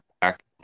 back